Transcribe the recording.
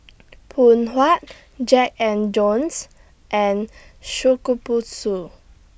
Phoon Huat Jack and Jones and Shokubutsu